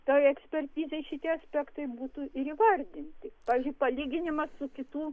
toj ekspertizėj šitie aspektai būtų ir įvardinti pavyzdžiui palyginimas su kitų